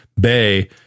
bay